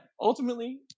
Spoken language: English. ultimately